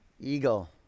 eagle